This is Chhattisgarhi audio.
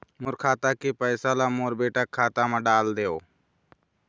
मोर खाता के पैसा ला मोर बेटा के खाता मा डाल देव?